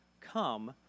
come